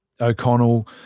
O'Connell